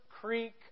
Creek